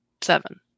seven